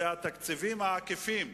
התקציבים העקיפים.